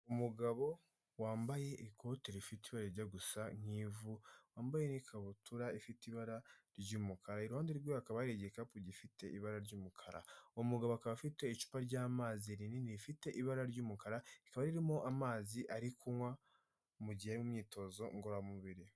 Umugabo wambaye ikote rifite ibara rijya gusa ivu, wambaye n'ikabutura ifite ibara ry'umukara, iruhande rwe hakaba hari igikapu gifite ibara ry'umukara, uwo mugabo akaba afite icupa ry'amazi rinini rifite ibara ry'umukara, rikaba ririmo amazi ari kunywa mu gihe ari mu myitozo ngororamubiri.